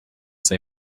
say